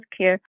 healthcare